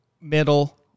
Middle